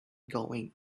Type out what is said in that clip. going